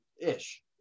Ish